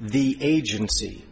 the agency